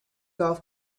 golf